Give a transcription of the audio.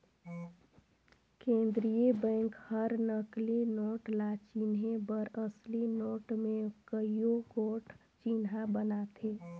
केंद्रीय बेंक हर नकली नोट ल चिनहे बर असली नोट में कइयो गोट चिन्हा बनाथे